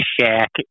shack